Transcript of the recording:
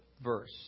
verse